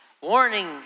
warning